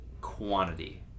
quantity